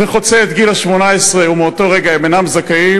וחוצה את גיל 18 ומאותו רגע הם אינם זכאים,